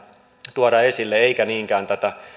tuoda esille eikä niinkään tätä